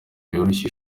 yoroshye